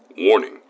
Warning